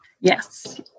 Yes